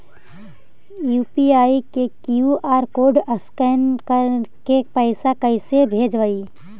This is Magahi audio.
यु.पी.आई के कियु.आर कोड स्कैन करके पैसा कैसे भेजबइ?